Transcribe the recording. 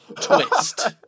Twist